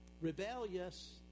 Rebellious